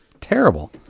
terrible